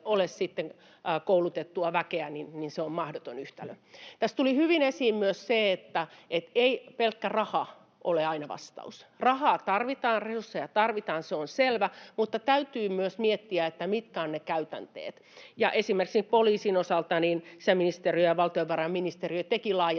koulutettua väkeä, se on mahdoton yhtälö. Tässä tuli hyvin esiin myös se, että pelkkä raha ei ole aina vastaus. Rahaa tarvitaan, resursseja tarvitaan, se on selvä, mutta täytyy myös miettiä, mitkä ovat ne käytänteet. Esimerkiksi poliisin osalta sisäministeriö ja valtiovarainministeriö tekivät laajan